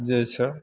जे छै